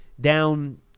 down